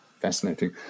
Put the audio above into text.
fascinating